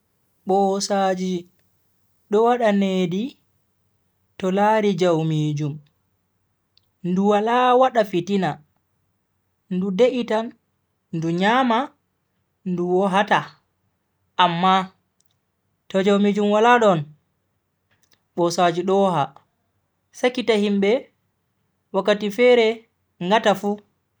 Bosaaji do wada nedi to lari jaumijum, ndu wala wada fitina, ndu de'itan ndu nyama ndu wohata. amma, to jaumijum wala don, bosaaji do woha, sakita himbe wakkati fere ngata fu.